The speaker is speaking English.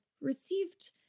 received